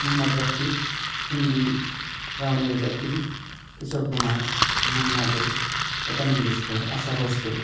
महाम्मद राफि हिन्दी रावनि रोजाबगिरि किशर कुमार मान्ना डे लता मांगेसकार आशा भस्लि